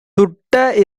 துட்ட